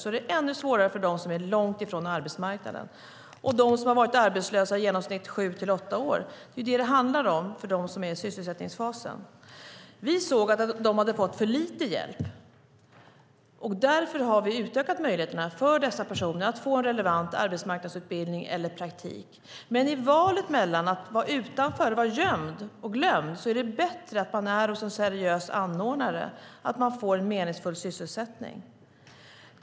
Då är det ännu svårare för dem som är långt ifrån arbetsmarknaden och för dem som har varit arbetslösa i genomsnitt sju åtta år. Det är vad det handlar om för dem som är i sysselsättningsfasen. Vi såg att de hade fått för lite hjälp. Därför har vi utökat möjligheterna för dessa personer att få en relevant arbetsmarknadsutbildning eller praktik. Men i stället för att vara utanför, gömd och glömd är det bättre att vara hos en seriös anordnare och få en meningsfull sysselsättning.